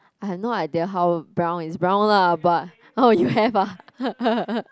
I have no idea how brown is brown lah but orh you have ah